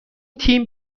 تیم